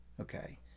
Okay